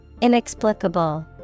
Inexplicable